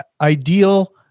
ideal